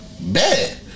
bad